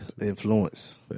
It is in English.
Influence